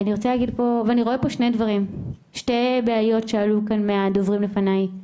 ואני רואה פה שתי בעיות שעלו כאן מהדוברים לפניי.